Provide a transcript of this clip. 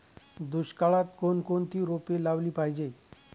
दुष्काळात कोणकोणती रोपे लावली पाहिजे?